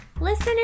Listener